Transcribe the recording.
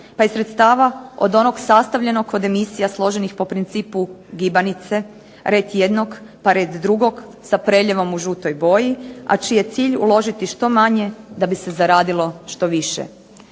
pa i sredstava od onoga sastavljenog od emisija složenih po principu gibanice, red jedno, pa red drugog, sa preljevom u žutoj boji, a čiji je cilj uložiti što manje da bi se zaradilo što više.